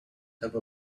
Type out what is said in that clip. have